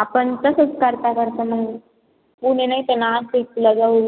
आपण तसंच करता करत नाही पुणे नाही तर नाशिकला जाऊ